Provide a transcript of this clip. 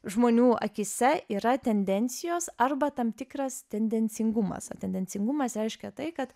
žmonių akyse yra tendencijos arba tam tikras tendencingumas tendencingumas reiškia tai kad